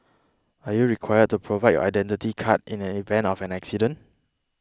are you required to provide your Identity Card in an event of an accident